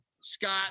Scott